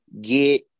get